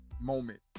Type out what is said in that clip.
moment